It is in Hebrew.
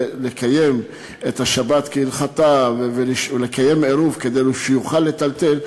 לקיים את השבת כהלכתה ולקיים עירוב כדי שיוכל לטלטל,